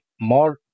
more